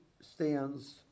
Stands